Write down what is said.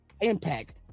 Impact